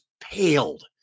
paled